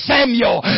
Samuel